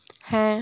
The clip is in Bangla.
হ্যাঁ